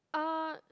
uh